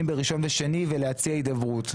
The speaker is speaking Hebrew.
ביום ראשון ושני ולהציע הידברות.